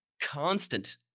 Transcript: constant